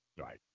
Right